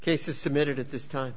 cases submitted at this time